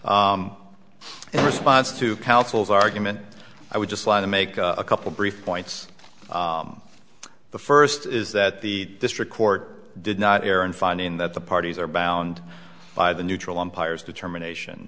in response to councils argument i would just like to make a couple brief points the first is that the district court did not air and finding that the parties are bound by the neutral umpires determination